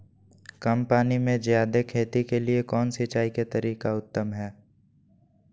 कम पानी में जयादे खेती के लिए कौन सिंचाई के तरीका उत्तम है?